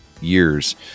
years